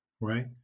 right